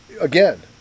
Again